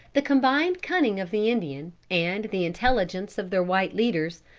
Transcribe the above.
the combined cunning of the indian, and the intelligence of their white leaders,